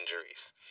injuries